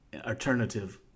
alternative